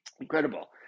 Incredible